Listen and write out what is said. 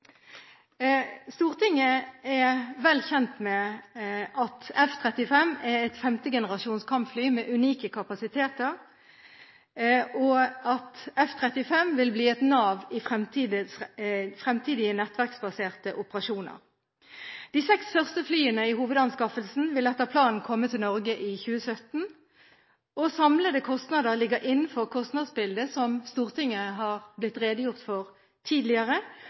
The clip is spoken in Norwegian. Stortinget er vel kjent med at F-35 er et femtegenerasjons kampfly med unike kapasiteter, og at F-35 vil bli et nav i fremtidige nettverksbaserte operasjoner. De seks første flyene i hovedanskaffelsen vil etter planen komme til Norge i 2017. Samlede kostnader ligger innenfor kostnadsbildet som det har blitt redegjort for i Stortinget tidligere,